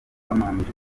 bahamije